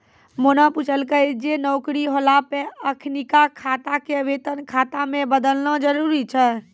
मोना पुछलकै जे नौकरी होला पे अखिनका खाता के वेतन खाता मे बदलना जरुरी छै?